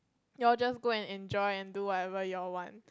you all just go and enjoy and do whatever you all want